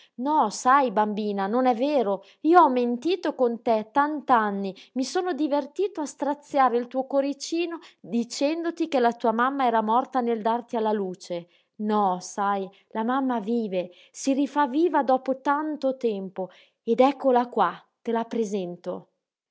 no sai bambina non è vero io ho mentito con te tant'anni mi sono divertito a straziare il tuo coricino dicendoti che la tua mamma era morta nel darti alla luce no sai la mamma vive si rifà viva dopo tanto tempo ed eccola qua te la presento